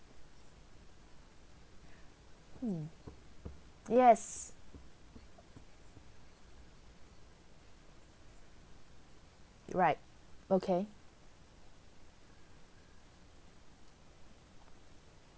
hmm yes right okay